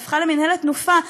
שהפכה למינהלת "תנופה",